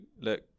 look